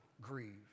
grieve